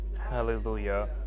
hallelujah